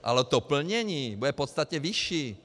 Ale plnění bude podstatně vyšší.